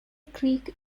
creek